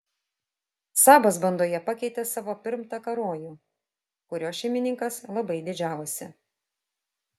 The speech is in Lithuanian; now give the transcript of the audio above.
sabas bandoje pakeitė savo pirmtaką rojų kuriuo šeimininkas labai didžiavosi